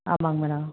ஆமாங்க மேடம்